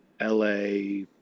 LA